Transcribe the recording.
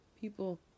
People